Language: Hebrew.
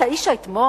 אתה איש האתמול?